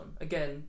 again